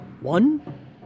one